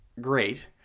great